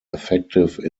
effective